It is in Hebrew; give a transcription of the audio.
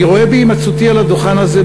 אני רואה בהימצאותי על הדוכן הזה,